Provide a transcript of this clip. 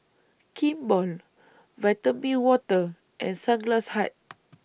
Kimball Vitamin Water and Sunglass Hut